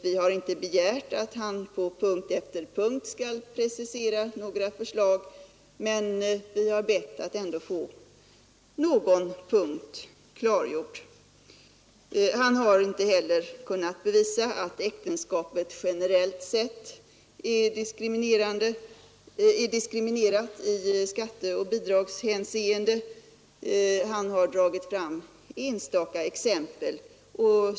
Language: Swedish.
Vi har inte begärt att han på punkt efter punkt skall komma med preciserade förslag men vi har bett att få ett klarläggande åtminstone på någon punkt. Han har inte heller kunnat bevisa att äktenskapet generellt sett är diskriminerat i skatteoch bidragshänseende, han har nöjt sig med att dra fram enstaka exempel.